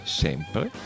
sempre